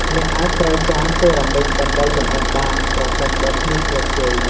អ្នកអាចប្រើចានសេរ៉ាមិចដើម្បីចម្អិនបាន ប្រសិនបើគ្មានស្លឹកចេក។